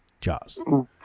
Jaws